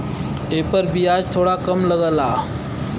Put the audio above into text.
एपर बियाज थोड़ा कम लगला